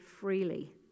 freely